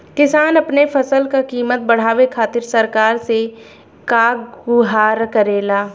किसान अपने फसल क कीमत बढ़ावे खातिर सरकार से का गुहार करेला?